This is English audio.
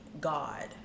God